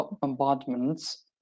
bombardments